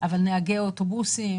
ובנהגי אוטובוסים,